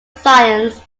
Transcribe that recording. science